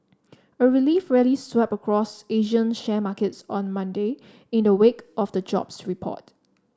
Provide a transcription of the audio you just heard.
a relief rally swept across Asian share markets on Monday in the wake of the jobs report